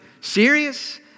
serious